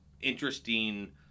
interesting-